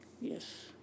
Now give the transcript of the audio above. Yes